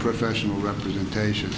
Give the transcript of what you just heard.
professional representation